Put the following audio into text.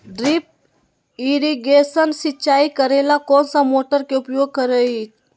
Drip irrigation सिंचाई करेला कौन सा मोटर के उपयोग करियई?